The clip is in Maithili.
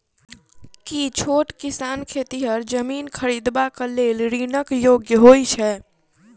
की छोट किसान खेतिहर जमीन खरिदबाक लेल ऋणक योग्य होइ छै?